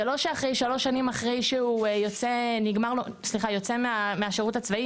זה לא ששלוש שנים אחרי שהוא יוצא מהשירות הצבאי,